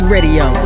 Radio